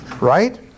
Right